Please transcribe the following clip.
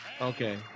Okay